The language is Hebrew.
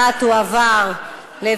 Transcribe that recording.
ההצעה להעביר את הצעת חוק יום העולה,